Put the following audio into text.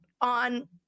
on